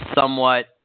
somewhat